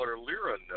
lira